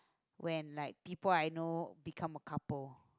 when like people I know become a couple